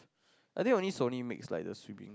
I think only Sony makes like the swimming